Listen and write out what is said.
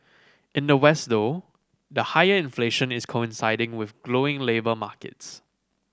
in the West though the higher inflation is coinciding with glowing labour markets